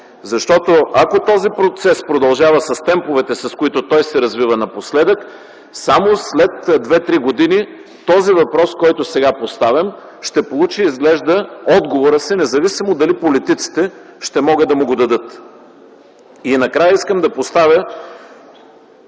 Защото ако този процес продължава с темповете, с които се развива напоследък, само след 2-3 години този въпрос, който сега поставям, ще получи, изглежда, отговора си, независимо дали политиците ще могат да му го дадат. Накрая искам да поставя,